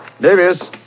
Davis